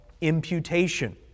imputation